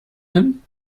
hin